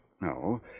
no